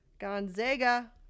Gonzaga